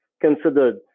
considered